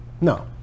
No